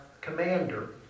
commander